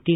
T